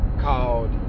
called